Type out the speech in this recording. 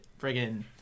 friggin